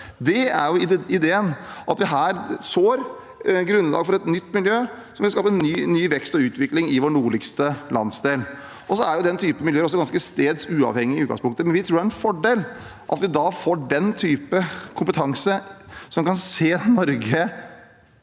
Det er ideen, at vi her gir grunnlag for et nytt miljø som vil skape ny vekst og utvikling i vår nordligste landsdel. Denne typen miljøer er jo ganske stedsuavhengige i utgangspunktet, men vi tror det er en fordel at vi får den type kompetanse som kan se Norge